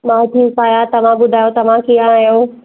मां ठीकु आहियां तव्हां ॿुधायो तव्हां कीअं आहियो